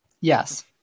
yes